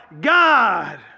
God